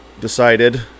decided